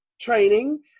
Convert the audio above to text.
training